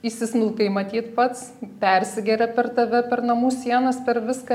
įsismilkai matyt pats persigeria per tave per namų sienas per viską